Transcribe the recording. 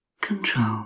control